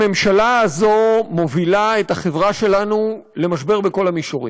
הממשלה הזאת מובילה את החברה שלנו למשבר בכל המישורים.